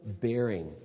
bearing